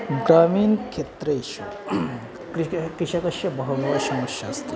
ग्रामीणक्षेत्रेषु कृषिकस्य बह्वयः समस्याः अस्ति